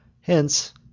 Hence